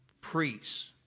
priests